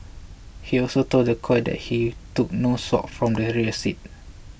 he also told the court that he took no swabs from the rear seat